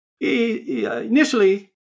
initially